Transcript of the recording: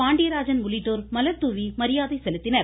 பாண்டியராஜன் உள்ளிட்டோர் மலர்தூவி மரியாதை செலுத்தினர்